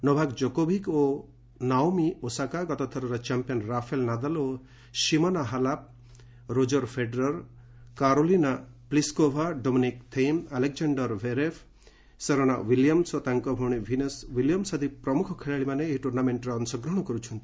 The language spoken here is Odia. ନୋଭାକ୍ କୋକୋଭିକ୍ ଓ ନାଓମି ଓସାକା ଗତଥରର ଚାମ୍ପିୟନ୍ ରାଫେଲ୍ ନାଦାଲ୍ ଓ Simona Halep Roger Federer Karolina Pliskova Dominic Thiem Alexander Zverev Serena Williams ଓ ତାଙ୍କ ଭଉଣୀ ଭିନସ୍ ୱିଲିୟମ୍ସ୍ ଆଦି ପ୍ରମୁଖ ଖେଳାଳିମାନେ ଏହି ଟୁର୍ଣ୍ଣାମେଣ୍ଟରେ ଅଂଶଗ୍ରହଣ କରୁଛନ୍ତି